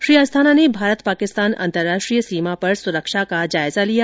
श्री अस्थाना ने भारत पाकिस्तान अंतरराष्ट्रीय सीमा पर सुरक्षा का जायजा लिया